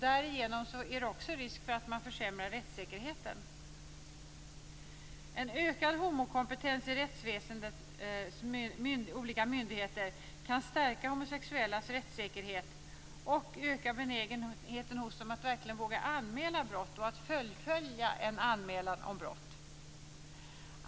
Därigenom finns risken att rättssäkerheten försämras. En ökad homokompetens inom rättsväsendets olika myndigheter kan stärka homosexuellas rättssäkerhet och öka benägenheten hos dem att verkligen våga anmäla brott och fullfölja en anmälan om brott.